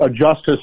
justice